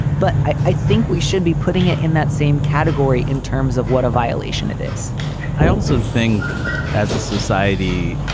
but i think we should be putting it in that same category in terms of what a violation it is i also think as a society,